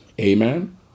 Amen